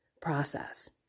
process